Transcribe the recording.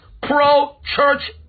pro-church